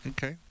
Okay